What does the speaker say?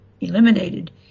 eliminated